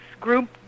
group